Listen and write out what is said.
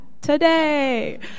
today